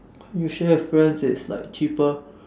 you share with friends it's like cheaper